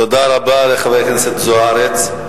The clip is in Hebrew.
תודה רבה לחברת הכנסת זוארץ.